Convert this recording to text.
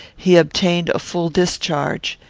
he obtained a full discharge.